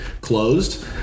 closed